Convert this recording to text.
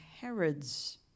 Herod's